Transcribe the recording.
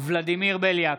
ולדימיר בליאק,